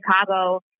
Chicago